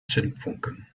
zündfunken